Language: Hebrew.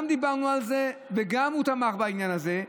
דיברנו על זה, וגם הוא תמך בעניין הזה.